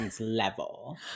level